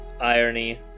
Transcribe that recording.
irony